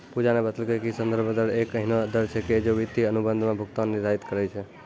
पूजा न बतेलकै कि संदर्भ दर एक एहनो दर छेकियै जे वित्तीय अनुबंध म भुगतान निर्धारित करय छै